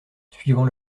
suivant